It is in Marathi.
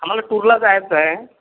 आम्हाला टूरला जायचंय